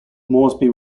moresby